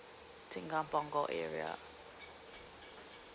area